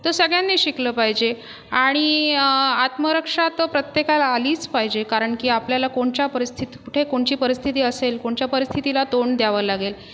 तर सगळ्यांनी शिकलं पाहिजे आणि आत्मरक्षा तर प्रत्येकाला आलीच पाहिजे कारण की आपल्याला कोणच्या परिस्थितीत कुठे कोणची परिस्थिती असेल कोणच्या परिस्थितीला तोंड द्यावं लागेल